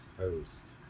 host